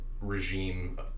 regime